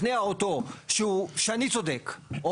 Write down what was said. אם לא הצלחתי לשכנע אותו שאני צודק או